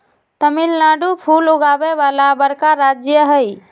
तमिलनाडु फूल उगावे वाला बड़का राज्य हई